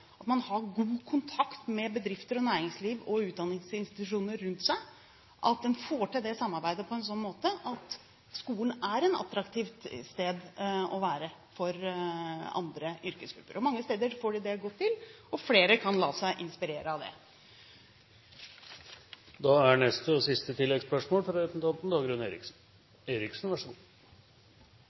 at man har god kontakt med bedrifter og næringsliv og utdanningsinstitusjoner rundt seg, at man får til det samarbeidet på en slik måte at skolen blir et attraktivt sted å være for andre yrkesgrupper. Mange steder får de det godt til, og flere kan la seg inspirere av det.